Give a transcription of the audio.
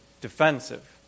defensive